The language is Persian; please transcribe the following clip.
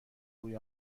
روی